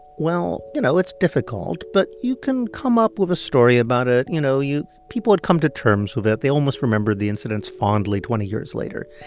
well, you know, it's difficult, but you can come up with a story about it. you know, you people would come to terms with it. they almost remember the incidents fondly twenty years later.